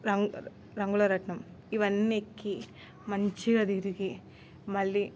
రంగు రంగుల రత్నం ఇవన్నీ ఎక్కి మంచిగా తిరిగి మళ్ళీ